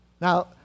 Now